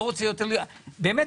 באמת,